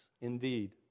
indeed